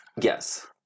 Yes